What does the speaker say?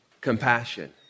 compassion